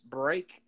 break